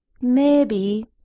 Maybe